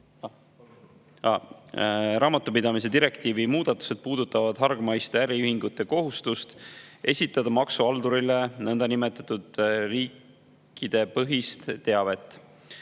Raamatupidamise direktiivi muudatused puudutavad hargmaiste äriühingute kohustust esitada maksuhaldurile nõndanimetatud riikidepõhist teavet.